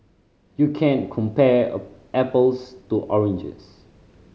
you can't compare a apples to oranges